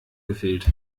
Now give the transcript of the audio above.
gefehlt